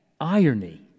irony